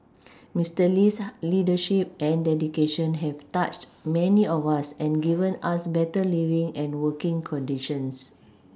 Mister Lee's leadership and dedication have touched many of us and given us better living and working conditions